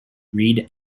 read